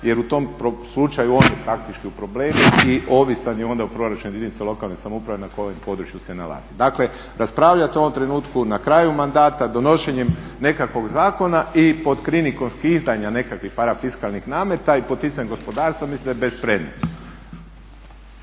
jer u tom slučaju on je praktički u problemu i ovisan je onda u proračunu jedinica lokalne samouprave na kome području se nalazi. Dakle, raspravljati u ovom trenutku na kraju mandata donošenjem nekakvog zakona ili pod krinkom skidanja nekakvih parafiskalnih nameta i poticanjem gospodarstva mislim da je bespredmetno.